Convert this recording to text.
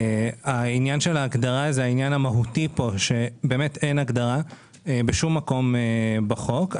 העניין של ההגדרה הוא העניין המהותי פה; אין הגדרה בשום מקום בחוק.